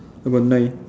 about nine